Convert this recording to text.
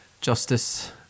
justice